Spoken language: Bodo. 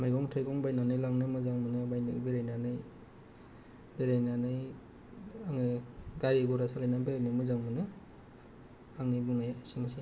मैगं थाइगं बायनानै लांनो मोजां मोनो बेरायनानै बेरायनानै आङो गारि घरा सालायनानै बेरायनो मोजां मोनो आंनि बुंनाया एसेनोसै